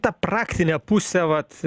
ta praktinė pusė vat